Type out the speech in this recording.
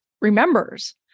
remembers